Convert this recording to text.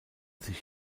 sich